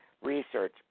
research